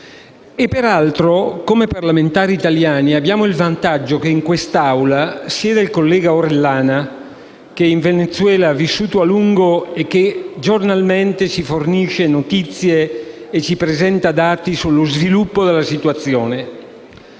Peraltro, come parlamentari italiani, abbiamo il vantaggio che in quest'Aula sieda il collega Orellana, che in Venezuela ha vissuto a lungo e che giornalmente ci fornisce notizie e ci presenta dati sullo sviluppo della situazione.